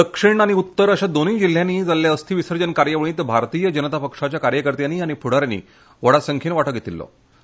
दक्षिण आनी उत्तर अशा दोनुय जिल्ह्यांनी जाल्ल्या अस्थी विसर्जन कार्यावळींत भारतीय जनता पक्षाच्या कार्यकर्त्यांनी आनी फुडा यानी व्हडा संख्येन वांटो घेतिछो